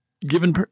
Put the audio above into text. given